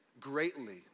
greatly